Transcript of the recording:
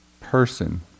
person